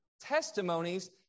testimonies